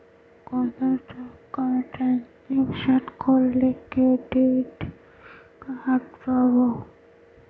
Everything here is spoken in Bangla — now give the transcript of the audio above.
কত টাকা ট্রানজেকশন করলে ক্রেডিট কার্ড পাবো?